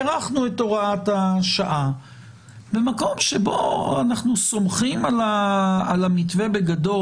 הארכנו את הוראת השעה במקום שבו אנחנו סומכים על המתווה בגדול,